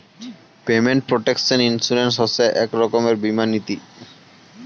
payment protection insurance হসে এক রকমের বীমা নীতি